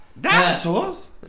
Dinosaurs